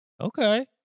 Okay